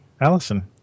Allison